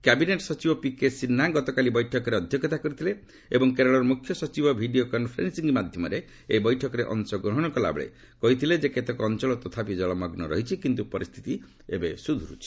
cabinet ସଚିବ PK Sinha ଗତକାଲି ବୈଠକରେ ଅଧ୍ୟକ୍ଷତା କରିଥିଲେ ଏବଂ କେରଳର ମୁଖ୍ୟ ସଚିବ ଭିଡ଼ିଓ କନ୍ଫରେନ୍ସିଂ ମାଧ୍ୟମରେ ବୈଠକରେ ଅଂଶଗ୍ରହଣ କଲାବେଳେ କହିଥିଲେ କେତେକ ଅଞ୍ଚଳ ତଥାପି ଜଳମଗ୍ନ ରହିଛି କିନ୍ତୁ ପରିସ୍ଥିତି ଏବେ ସୁଧୁରିଛି